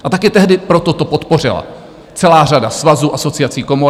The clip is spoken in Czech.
A taky tehdy proto to podpořila celá řada svazů, asociací, komor.